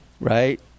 right